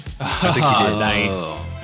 Nice